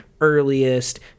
earliest